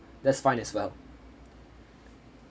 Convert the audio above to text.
that's fine as well